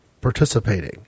participating